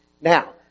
Now